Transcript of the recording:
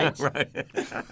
Right